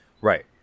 Right